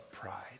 pride